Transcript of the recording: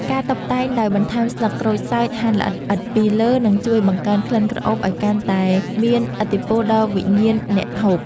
ការតុបតែងដោយបន្ថែមស្លឹកក្រូចសើចហាន់ល្អិតៗពីលើនឹងជួយបង្កើនក្លិនក្រអូបឱ្យកាន់តែមានឥទ្ធិពលដល់វិញ្ញាណអ្នកហូប។